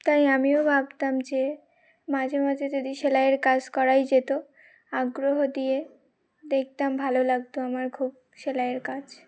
তাই আমিও ভাবতাম যে মাঝে মাঝে যদি সেলাইয়ের কাজ করাই যেত আগ্রহ দিয়ে দেখতাম ভালো লাগত আমার খুব সেলাইয়ের কাজ